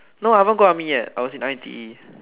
no I haven't go army yet I was in I_T_E